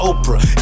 Oprah